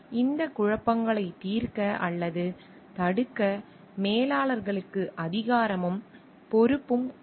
இந்த குழப்பங்களை த் தீர்க்க அல்லது தடுக்க மேலாளர்களுக்கு அதிகாரமும் பொறுப்பும் உள்ளது